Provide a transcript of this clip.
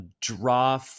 draw